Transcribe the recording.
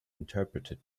interpreted